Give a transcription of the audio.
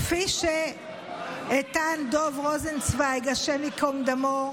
כפי שאיתן דב רוזנצוויג, השם ייקום דמו,